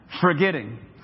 forgetting